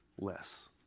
less